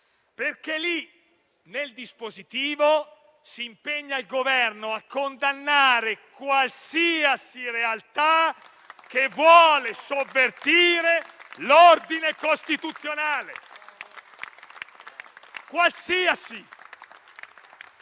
perché nel dispositivo si impegna il Governo a condannare qualsiasi realtà che vuole sovvertire l'ordine costituzionale.